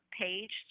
page